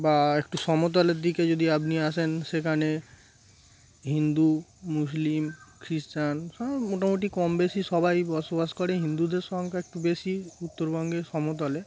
বা একটু সমতলের দিকে যদি আপনি আসেন সেখানে হিন্দু মুসলিম খ্রিস্টান মোটামুটি কম বেশি সবাই বসবাস করে হিন্দুদের সংখ্যা একটু বেশি উত্তরবঙ্গে সমতলে